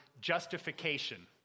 justification